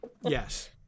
Yes